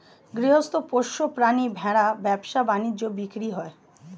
গৃহস্থ পোষ্য প্রাণী ভেড়া ব্যবসা বাণিজ্যে বিক্রি হয়